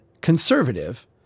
conservative